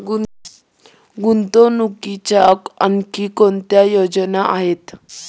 गुंतवणुकीच्या आणखी कोणत्या योजना आहेत?